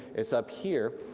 it's up here